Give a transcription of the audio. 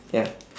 ya